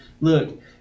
look